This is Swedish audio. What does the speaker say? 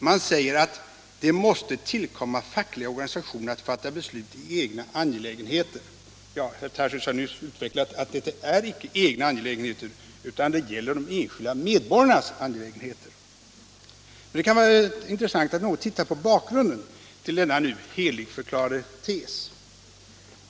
Man säger att ”det måste tillkomma fackliga organisationer att fatta beslut i egna angelägenheter”. Men herr Tarschys har nyss utvecklat att det inte är fråga om sådana egna angelägenheter utan gäller de enskilda medborgarnas angelägenheter. Det kan vara intressant att något titta på bakgrunden till denna nu heligförklarade tes.